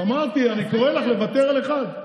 אז אני אמרתי: אני קורא לך לוותר על אחד.